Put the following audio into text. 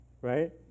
right